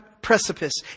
precipice